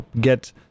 get